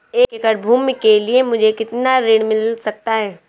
एक एकड़ भूमि के लिए मुझे कितना ऋण मिल सकता है?